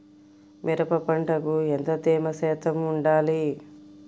మిరప పంటకు ఎంత తేమ శాతం వుండాలి?